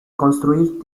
construir